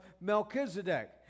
Melchizedek